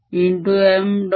rr3mr3 3m